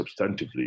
substantively